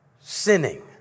sinning